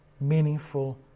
meaningful